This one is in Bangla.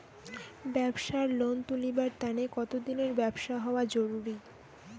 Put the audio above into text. ব্যাবসার লোন তুলিবার তানে কতদিনের ব্যবসা হওয়া জরুরি?